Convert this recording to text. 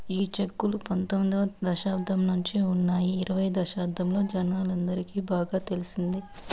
ఈ చెక్కులు తొమ్మిదవ శతాబ్దం నుండే ఉన్నాయి ఇరవై శతాబ్దంలో జనాలందరికి బాగా తెలిసింది